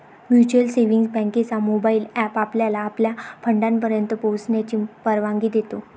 mutual savings बँकेचा mobile app आपल्याला आपल्या फंडापर्यंत पोहोचण्याची परवानगी देतो